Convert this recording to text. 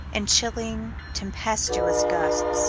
in chilling tempestuous gusts